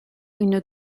une